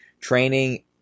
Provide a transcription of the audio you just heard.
training